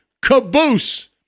caboose